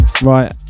Right